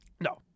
No